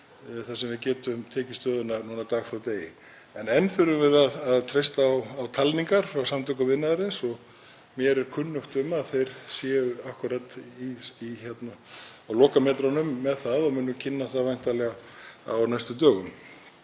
þar sem við getum tekið stöðuna dag frá degi. En enn þurfum við að treysta á talningar frá Samtökum iðnaðarins og mér er kunnugt um að þeir séu akkúrat á lokametrunum með það og munu væntanlega kynna þær á næstu dögum.